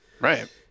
Right